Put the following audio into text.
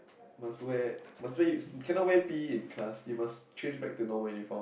must wear must wear cannot wear P_E in class you must change back to normal uniform